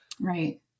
Right